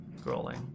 Scrolling